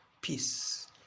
peace